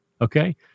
Okay